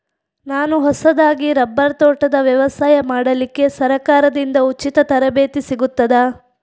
ನಾನು ಹೊಸದಾಗಿ ರಬ್ಬರ್ ತೋಟದ ವ್ಯವಸಾಯ ಮಾಡಲಿಕ್ಕೆ ಸರಕಾರದಿಂದ ಉಚಿತ ತರಬೇತಿ ಸಿಗುತ್ತದಾ?